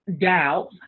doubt